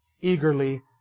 eagerly